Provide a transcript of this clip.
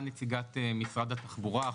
נציגת משרד התחבורה,